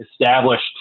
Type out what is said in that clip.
established